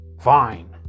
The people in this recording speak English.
fine